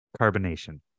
carbonation